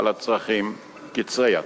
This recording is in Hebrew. על הצרכים קצרי הטווח.